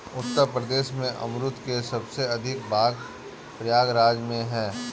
उत्तर प्रदेश में अमरुद के सबसे अधिक बाग प्रयागराज में है